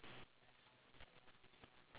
I knew you're gonna say that